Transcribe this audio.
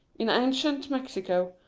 in ancient mexico,